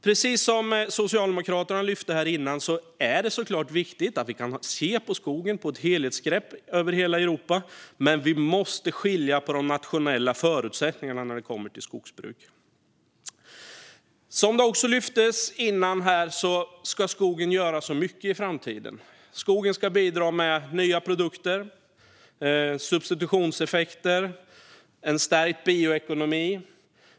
Precis som Socialdemokraterna lyfte fram här tidigare är det såklart viktigt att vi kan se på skogen på ett sådant sätt att vi har ett helhetsgrepp över hela Europa. Men vi måste skilja på de nationella förutsättningarna när det kommer till skogsbruk. Det lyftes också fram här tidigare att skogen ska göra så mycket i framtiden. Skogen ska bidra med nya produkter, substitutionseffekter och en stärkt bioekonomi.